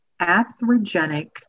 atherogenic